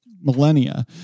millennia